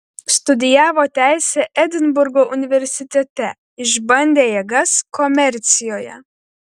studijavo teisę edinburgo universitete išbandė jėgas komercijoje